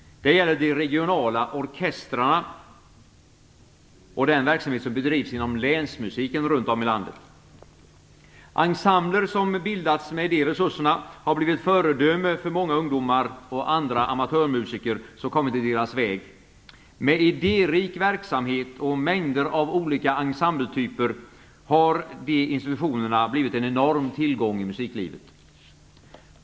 Det gäller de regionala orkestrarna och den verksamhet som bedrivs inom Länsmusiken runt om i landet. Ensembler som bildats med de resurserna har blivit föredöme för många ungdomar och andra amatörmusiker som kommit i deras väg. Med idérik verksamhet och mängder av olika ensembeltyper har de institutionerna blivit en enorm tillgång i musiklivet.